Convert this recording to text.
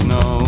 no